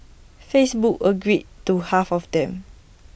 Facebook agreed to half of them